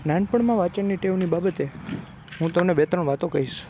નાનપણમાં વાંચનની ટેવની બાબતે હું તમને બે ત્રણ વાતો કહીશ